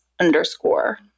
underscore